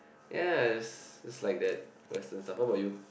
ya is is like that western stuff what about you